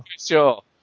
sure